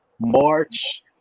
March